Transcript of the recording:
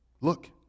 Look